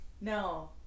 no